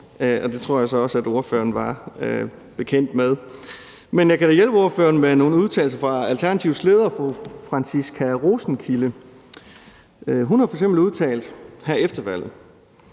det tror jeg så også at spørgeren var bekendt med. Men jeg kan da hjælpe spørgeren med nogle udtalelser fra Alternativets leder, fru Franciska Rosenkilde. Hun har f.eks. udtalt her efter valget: